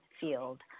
field